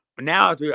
now